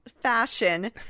fashion